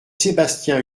sébastien